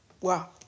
Wow